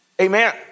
Amen